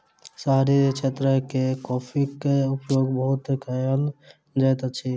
शहरी क्षेत्र मे कॉफ़ीक उपयोग बहुत कयल जाइत अछि